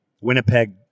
Winnipeg